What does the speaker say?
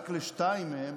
רק לשתיים מהן,